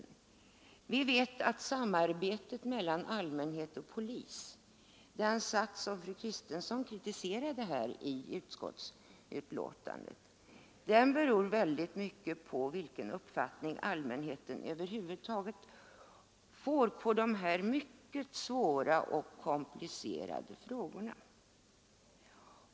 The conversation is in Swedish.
Vi vet att samarbetet mellan allmänhet och polis i mycket stor utsträckning är beroende av den allmänna uppfattning som allmänheten får i dessa mycket svåra och komplicerade frågor.